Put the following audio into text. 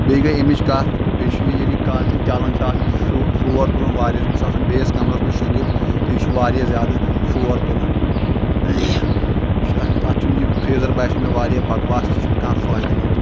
بیٚیِہ گٔیے أمِچ کَتھ بیٚیہِ چھُ یہِ ییٚلہِ کالچَن چَلان چھُ آسان یِہ چھُ شور تُلان واریاہ زیادٕ بہٕ چھُس آسان بیٚیِس کَمرَس منٛز شوٚنٛگِتھ تہٕ یِہ چھُ واریاہ زیادٕ شور تُلان یہِ چھُ اَتھ چھُ نہٕ یہِ فرٛیٖزَر باسیٚو مےٚ واریاہ بَکواس تہٕ یہِ چھُ نہٕ کانٛہہ فٲیِدٕ منٛد